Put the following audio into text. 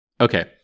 Okay